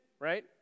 right